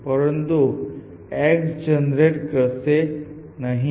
પરંતુ x generate કરશે નહીં